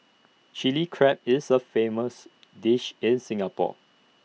Chilli Crab is A famous dish in Singapore